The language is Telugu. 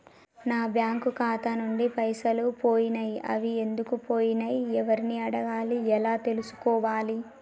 నా బ్యాంకు ఖాతా నుంచి పైసలు పోయినయ్ అవి ఎందుకు పోయినయ్ ఎవరిని అడగాలి ఎలా తెలుసుకోవాలి?